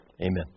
Amen